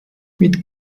mit